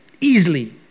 easily